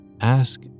ask